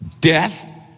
Death